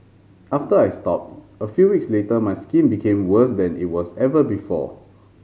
after I stopped a few weeks later my skin became worse than it was ever before